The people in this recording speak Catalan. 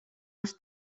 els